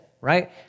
right